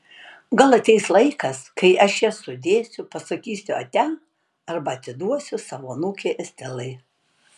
gal ateis laikas kai aš jas sudėsiu pasakysiu ate arba atiduosiu savo anūkei estelai